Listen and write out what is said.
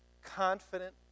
confident